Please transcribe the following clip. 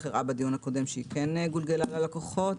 הראה בדיון הקודם שכן גולגלה ללקוחות.